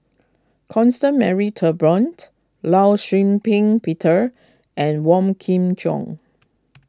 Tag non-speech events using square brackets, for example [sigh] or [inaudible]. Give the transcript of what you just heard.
Constance Mary Turnbull [unintelligible] Law Shau Ping Peter and Wong Kin Jong